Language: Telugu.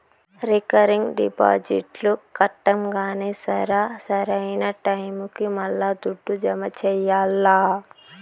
రికరింగ్ డిపాజిట్లు కట్టంగానే సరా, సరైన టైముకి మల్లా దుడ్డు జమ చెయ్యాల్ల